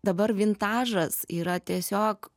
dabar vintažas yra tiesiog